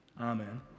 Amen